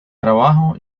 trabajo